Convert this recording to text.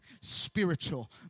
spiritual